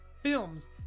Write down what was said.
films